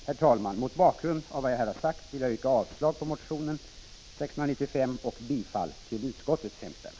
Herr talman! Mot bakgrund av vad jag här har sagt yrkar jag avslag på motion 695 och bifall till utskottets hemställan.